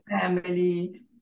family